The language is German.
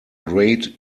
great